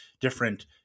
different